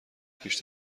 پیش